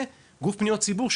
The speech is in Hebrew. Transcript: וגוף פניות ציבור,